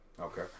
Okay